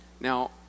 Now